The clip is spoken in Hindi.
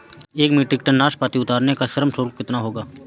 एक मीट्रिक टन नाशपाती उतारने का श्रम शुल्क कितना होगा?